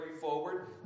forward